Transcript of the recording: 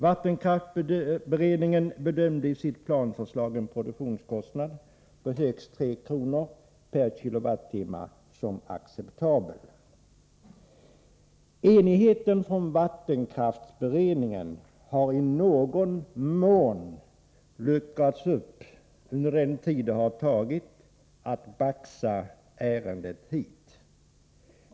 Vattenkraftsberedningen bedömde i sitt planförslag en produktionskostnad på högst 3 kr. per kWh som acceptabel. Enigheten från vattenkraftsberedningen har i någon mån luckrats upp under den tid det har tagit att baxa ärendet hit.